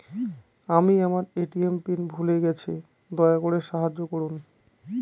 আমি আমার ATM pin ভুলে গেছি, দয়া করে সাহায্য করুন